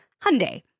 Hyundai